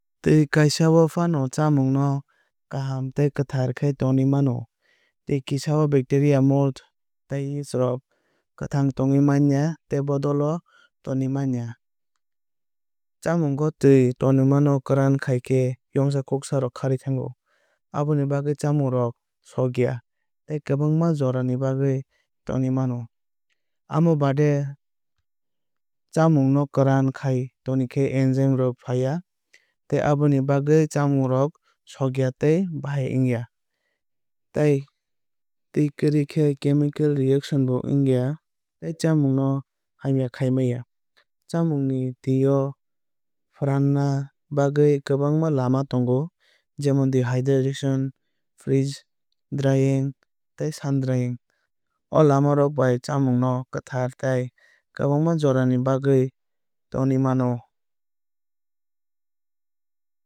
Twi kisa o faano chamung no kaham tei kwthar khe tonwui mano. Twi kisa o bakteria mold tei yeast rok kwthang tongwui maniya tei bodol o torwui maiya. Chamungo twi tongma no kwran khai khe yongsa kuksa rok kharwui thango. Aboni bagwui chamung rok sokgya tei kwbangma jora ni bagwui tonwui mano. Amo baade bo chamung no kwran khai tonikhe enzyme rok faiya tei aboni bagwui chamung rok sokgya tei bahai wngya. Twi kwrwui khe chemical reaction bo wngya tei chamung no hamya khai maiya. Chamung ni twi no fwranna bagwui kwbangma lama tongo jemon dehydration freeze drying tei sun drying. O lama rok bai chamung no kwthar tei kwbangma jorani bagwui tonwui mano.